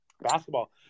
basketball